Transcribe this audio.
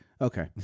Okay